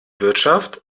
wirtschaft